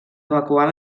evacuar